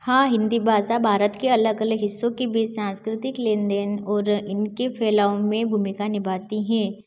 हाँ हिंदी भाषा भारत के अलग अलग हिस्सों के बीच सांस्कृतिक लेन देन और इनके फैलाव में भूमिका निभाती है